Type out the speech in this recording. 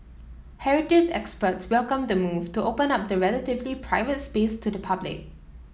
heritage experts welcomed the move to open up the relatively private space to the public